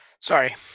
Sorry